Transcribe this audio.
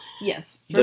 Yes